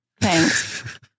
Thanks